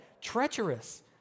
treacherous